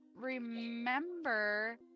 remember